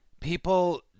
People